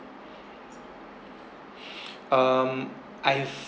um I've